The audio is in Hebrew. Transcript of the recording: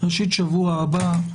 בראשית השבוע הבא,